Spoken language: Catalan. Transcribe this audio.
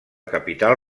capital